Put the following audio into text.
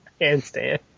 Handstand